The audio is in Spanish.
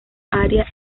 área